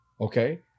Okay